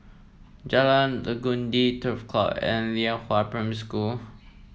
Jalan Legundi Turf Club and Lianhua Primary School